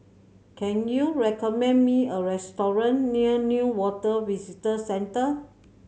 can you recommend me a restaurant near Newater Visitor Centre